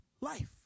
life